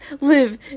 live